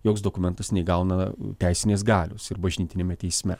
joks dokumentas neįgauna teisinės galios ir bažnytiniame teisme